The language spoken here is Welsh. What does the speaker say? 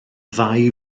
ddau